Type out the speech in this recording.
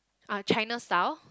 uh China style